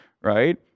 right